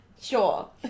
sure